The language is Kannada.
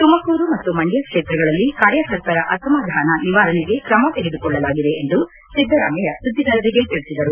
ತುಮಕೂರು ಮತ್ತು ಮಂಡ್ಯ ಕ್ಷೇತ್ರಗಳಲ್ಲಿ ಕಾರ್ಯಕರ್ತರ ಅಸಮಾಧಾನ ನಿವಾರಣೆಗೆ ಕ್ರಮ ತೆಗೆದುಕೊಳ್ಳಲಾಗಿದೆ ಎಂದು ಸಿದ್ದರಾಮಯ್ಯ ಸುದ್ದಿಗಾರರಿಗೆ ತಿಳಿಸಿದರು